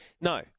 No